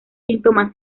síntomas